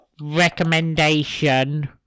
...recommendation